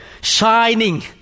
shining